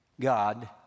God